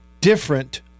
different